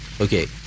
Okay